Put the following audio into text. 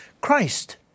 Christ